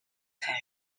time